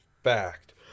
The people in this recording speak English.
fact